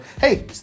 hey